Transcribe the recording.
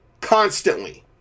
Constantly